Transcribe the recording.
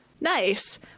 Nice